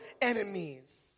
enemies